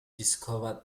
discovered